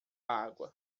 água